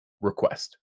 request